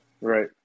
right